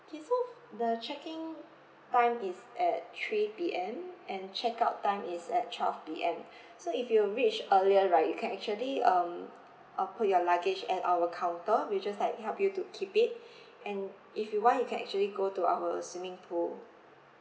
K so the check in time is at three P_M and check out time is at twelve P_M so if you reach earlier right you can actually um uh put your luggage at our counter we'll just like help you to keep it and if you want you can actually go to our swimming pool